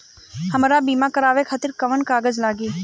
हमरा बीमा करावे खातिर कोवन कागज लागी?